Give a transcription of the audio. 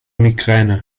migräne